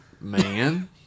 man